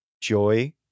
Joy